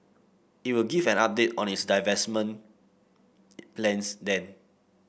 it will give an update on its divestment plans then